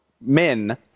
men